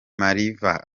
mariva